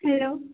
hello